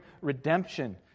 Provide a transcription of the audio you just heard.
redemption